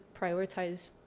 prioritize